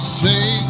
say